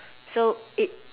so it's